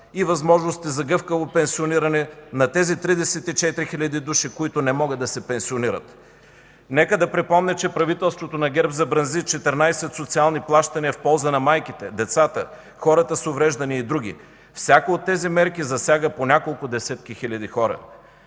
и възможностите за гъвкаво пенсиониране на тези 34 хиляди души, които не могат да се пенсионират. Нека да припомня, че правителството на ГЕРБ замрази 14 социални плащания в полза на майките, децата, хората с увреждания и други. Всяка от тези мерки засяга по няколко десетки хиляди хора.